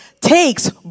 takes